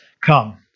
come